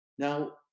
Now